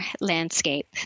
landscape